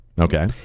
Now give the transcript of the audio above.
Okay